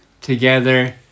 together